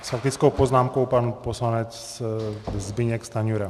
S faktickou poznámkou pan poslanec Zbyněk Stanjura.